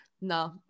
No